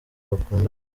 bakundana